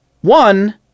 One